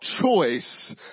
choice